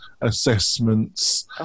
assessments